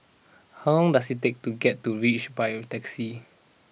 how long does it take to get to reach by taxi